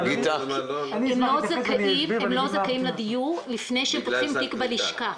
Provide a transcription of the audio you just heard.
הם לא זכאים לדיור לפני שהם פותחים תיק בלשכה.